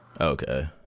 Okay